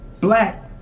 black